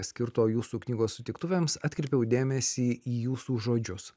skirto jūsų knygos sutiktuvėms atkreipiau dėmesį į jūsų žodžius